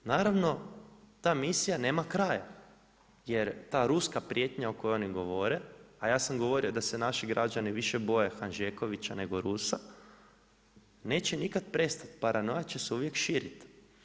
Naravno ta misija nema kraja jer ta ruska prijetnja o kojoj oni govore, a ja sam govorio da se naši građani više boje Hanžekovića nego Rusa, neće nikada prestati, paranoja će se uvije širit.